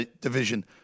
division